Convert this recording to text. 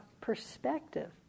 perspective